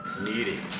needing